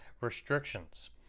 restrictions